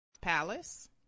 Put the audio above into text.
Palace